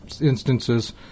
instances